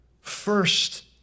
first